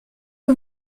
que